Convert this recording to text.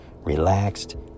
relaxed